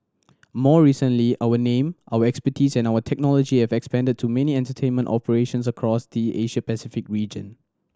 more recently our name our expertise and our technology have expanded to many entertainment operations across the Asia Pacific region